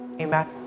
Amen